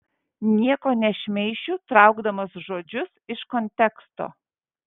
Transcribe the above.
nieko nešmeišiu traukdamas žodžius iš konteksto